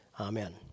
Amen